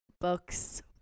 books